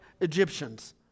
egyptians